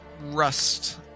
Rust